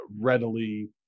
readily